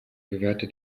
gewährte